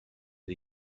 die